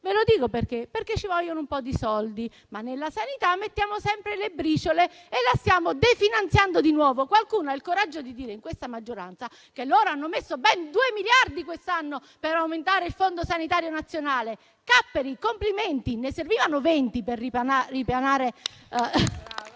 il perché: perché ci vogliono un po' di soldi. Ma nella sanità mettiamo sempre le briciole e la stiamo definanziando di nuovo. Qualcuno ha il coraggio di dire in questa maggioranza che hanno messo ben due miliardi quest'anno per aumentare il Fondo sanitario nazionale? Capperi, complimenti! Ne servivano 20 per ripianare